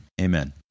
amen